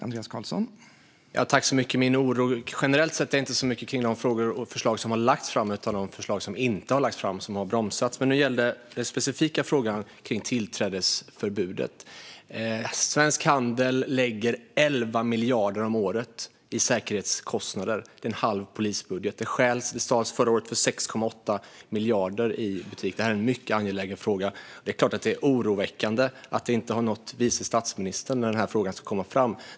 Herr talman! Min generella oro gäller inte så mycket de frågor och förslag som har lagts fram utan de förslag som inte har lagts fram och som har bromsats. Men nu gäller den specifika frågan tillträdesförbudet. Svensk handel lägger 11 miljarder om året på säkerhetskostnader. Det är en halv polisbudget. Det stjäls; förra året stals det för 6,8 miljarder i butikerna. Det här är en mycket angelägen fråga. Det är klart oroväckande att det inte har nått vice statsministern när förslag ska läggas fram.